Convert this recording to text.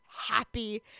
Happy